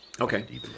Okay